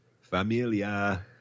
familia